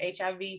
HIV